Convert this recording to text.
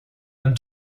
and